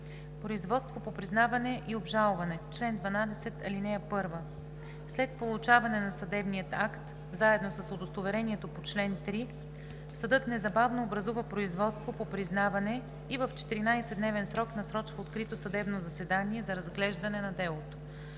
„Производство по признаване и обжалване Чл. 12. (1) След получаване на съдебния акт заедно с удостоверението по чл. 3 съдът незабавно образува производство по признаване и в 14-дневен срок насрочва открито съдебно заседание за разглеждане на делото.